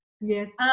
Yes